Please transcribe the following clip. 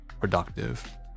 productive